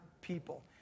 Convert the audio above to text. people